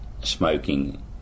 smoking